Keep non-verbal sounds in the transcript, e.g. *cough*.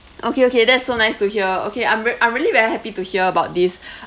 okay okay that's so nice to hear okay I'm rea~ I'm really very happy to hear about this *breath*